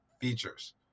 features